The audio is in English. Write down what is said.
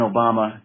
Obama